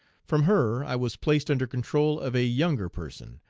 from her i was placed under control of a younger person,